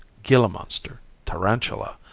gila monster, tarantula,